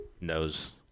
knows